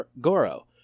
Goro